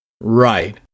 Right